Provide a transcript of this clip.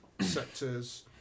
sectors